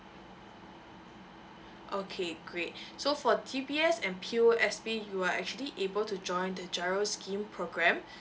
okay great so for D_B_S and P_O_S_B you are actually able to join the general scheme program